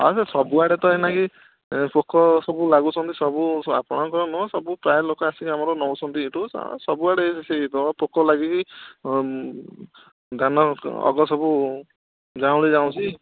ହଁ ସେ ସବୁଆଡ଼େ ତ ଏଇ ନାଗି ଏ ପୋକ ସବୁ ଲାଗୁଛନ୍ତି ସବୁ ଆପଣଙ୍କ ନୁହେଁ ସବୁ ପ୍ରାୟ ଲୋକ ଆସିକି ଆମର ନେଉଛନ୍ତି ଏଠୁ ସବୁଆଡ଼େ ସେଇ ତ ପୋକ ଲାଗିକି ଧାନ ଅଗ ସବୁ ଝାଉଁଳି ଯାଉଛି